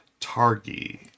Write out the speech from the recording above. Targi